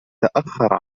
تأخر